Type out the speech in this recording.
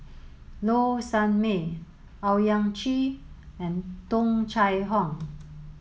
Low Sanmay Owyang Chi and Tung Chye Hong